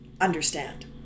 understand